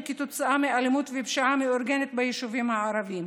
כתוצאה מאלימות ופשיעה מאורגנת ביישובים הערביים.